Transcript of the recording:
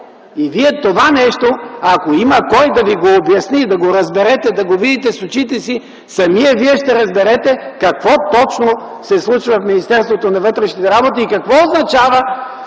крило. Това нещо, ако има кой да Ви го обясни и да го разберете, да го видите с очите си, самият Вие ще разберете какво точно се случва в Министерството на вътрешните работи и какво означава